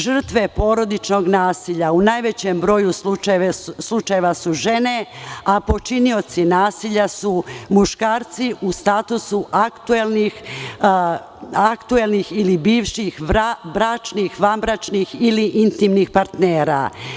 Žrtve porodičnog nasilja u najvećem broju slučajeva su žene, a počinioci nasilja su muškarci u statusu aktuelnih ili bivših bračnih, vanbračnih ili intimnih partnera.